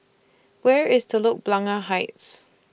Where IS Telok Blangah Heights